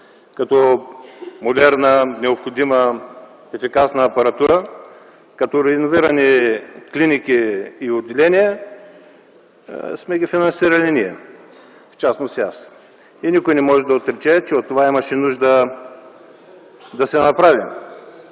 като модерна, необходима, ефикасна апаратура, като реиновирани клиники и отделения, сме ги финансирали ние, в частност и аз. Никой не може да отрече, че имаше нужда това да се направи